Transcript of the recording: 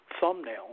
thumbnail